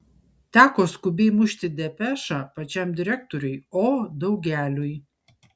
teko skubiai mušti depešą pačiam direktoriui o daugeliui